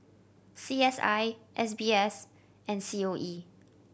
C S I S B S and C O E